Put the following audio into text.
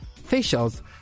facials